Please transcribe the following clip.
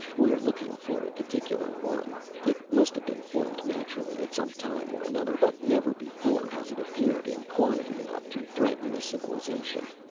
we're looking for a particular one. it must have been formed naturally at some time or another, but never before has it appeared in quantity enough to threaten a civilization.